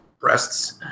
breasts